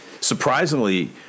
surprisingly